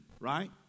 right